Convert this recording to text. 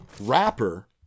wrapper